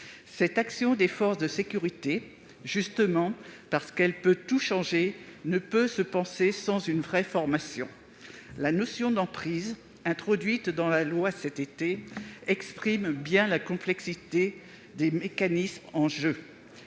Cette action des forces de sécurité, justement parce qu'elle peut tout changer, ne peut se penser sans une véritable formation. La notion d'emprise, introduite dans la loi cet été, exprime bien la complexité des mécanismes en jeu.